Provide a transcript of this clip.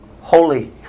holy